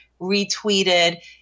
retweeted